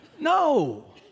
No